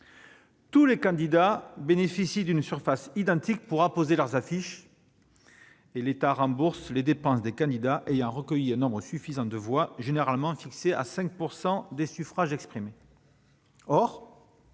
Tous les candidats bénéficient d'une surface identique pour apposer leurs affiches. L'État rembourse les dépenses des candidats ayant recueilli un nombre suffisant de voix, généralement fixé à 5 % des suffrages exprimés.